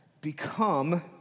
become